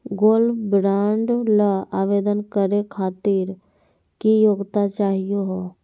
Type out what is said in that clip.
Gold bond ल आवेदन करे खातीर की योग्यता चाहियो हो?